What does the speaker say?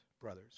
brothers